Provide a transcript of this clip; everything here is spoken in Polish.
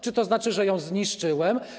Czy to znaczy, że ją zniszczyłem?